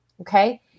Okay